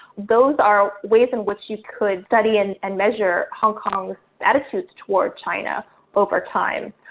those are ways in which you could study and and measure hong kong's attitudes toward china over time.